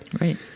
Right